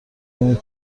کنید